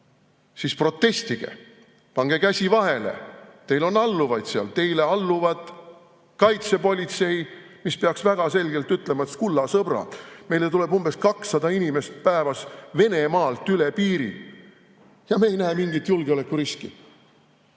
siis protestige, pange käsi vahele. Teil on alluvaid. Teile alluvad kaitsepolitsei, mis peaks väga selgelt ütlema, et kulla sõbrad, meile tuleb umbes 200 inimest päevas Venemaalt üle piiri ja me ei näe mingit julgeolekuriski.